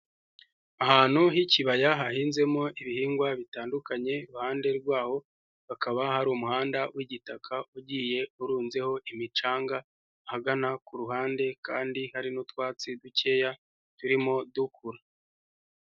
Ahantu h'ikibaya hahinzemo ibihingwa bitandukanye iruhande rwaho hakaba hari umuhanda w'igitaka ugiye urunzeho imicanga hagana ku ruhande kandi hari n'utwatsi dukeya turimo dukura.